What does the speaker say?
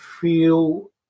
feel